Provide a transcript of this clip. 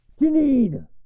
Janine